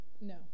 No